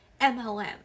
MLM